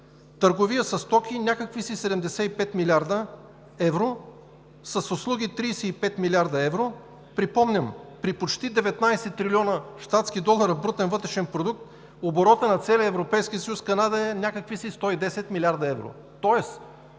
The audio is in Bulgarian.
търговия със стоки – някакви си 75 милиарда евро, с услуги – 35 милиарда евро, припомням, при почти 19 трилиона щатски долара брутен вътрешен продукт – оборотът на целия Европейски съюз. Канада е с някакви си 110 милиарда евро,